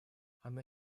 она